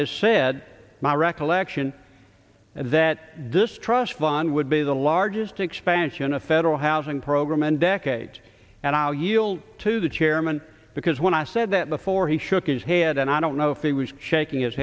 has said my recollection and that distrust van would be the largest expansion of federal housing program and decades and i'll yield to the chairman when i said that before he shook his head and i don't know if he was shaking his